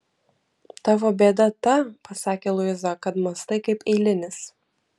tavo bėda ta pasakė luiza kad mąstai kaip eilinis